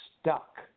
stuck